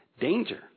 danger